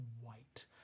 white